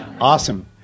awesome